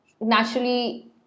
naturally